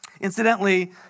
Incidentally